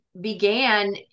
began